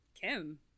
Kim